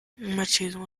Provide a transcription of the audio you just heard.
machismo